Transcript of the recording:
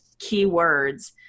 keywords